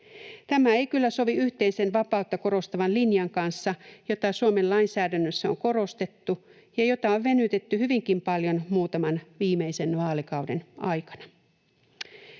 Tämä ei kyllä sovi yhteisen vapautta korostavan linjan kanssa, jota Suomen lainsäädännössä on korostettu ja jota on venytetty hyvinkin paljon muutaman viimeisen vaalikauden aikana.